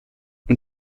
und